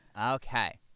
Okay